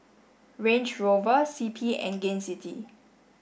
Range Rover C P and Gain City